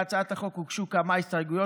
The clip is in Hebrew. להצעת החוק הוגשו כמה הסתייגויות.